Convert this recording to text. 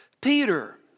Peter